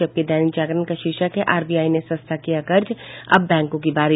जबकि दैनिक जागरण का शीर्षक है आरबीआई ने सस्ता किया कर्ज अब बैंकों की बारी